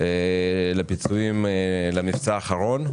לפיצויים למבצע האחרון.